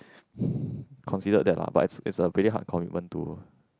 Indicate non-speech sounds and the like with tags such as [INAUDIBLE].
[BREATH] considered that lah but it is it is a pretty hard commitment to